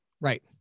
Right